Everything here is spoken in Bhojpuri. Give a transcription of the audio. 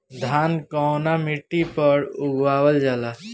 धान कवना मिट्टी पर उगावल जाला?